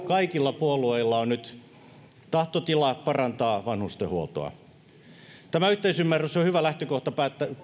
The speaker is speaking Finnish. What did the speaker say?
kaikilla puolueilla on nyt tahtotila parantaa vanhustenhuoltoa tämä yhteisymmärrys on hyvä lähtökohta